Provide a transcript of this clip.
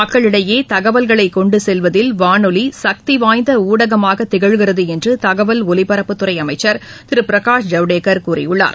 மக்களிடையே தகவல்களை கொண்டு செல்வதில் வானொலி சக்தி வாய்ந்த ஊடகமாகத் திகழ்கிறது என்று தகவல் ஒலிபரப்புத்துறை அமைச்சர் திரு பிரகாஷ் ஜவ்டேகர் தெரிவித்துள்ளார்